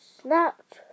snapped